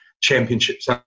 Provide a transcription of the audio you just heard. championships